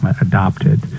adopted